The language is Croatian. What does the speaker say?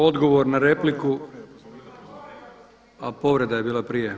Odgovor na repliku. … [[Upadica sa strane, ne razumije se.]] A povreda je bila prije.